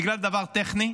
בגלל דבר טכני,